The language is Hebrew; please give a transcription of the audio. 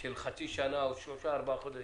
של חצי שנה או של שלושה-ארבעה חודשים.